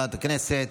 לסגנית מזכיר הכנסת.